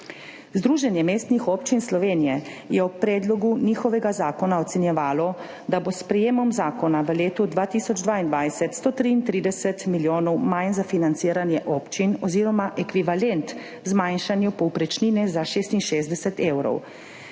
Združenje mestnih občin Slovenije je ob predlogu njihovega zakona ocenjevalo, da bo s sprejemom zakona v letu 2022 133 milijonov manj za financiranje občin oziroma ekvivalent zmanjšanju povprečnine za 66 evrov.